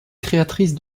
créatrice